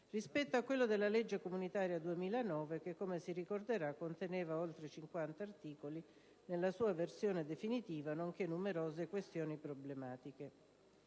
rispetto a quello della legge comunitaria 2009, che - come si ricorderà - conteneva oltre 50 articoli, nella sua versione definitiva, nonché numerose questioni problematiche.